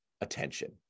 attention